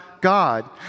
God